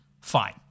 fine